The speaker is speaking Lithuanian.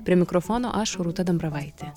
prie mikrofono aš rūta dambravaitė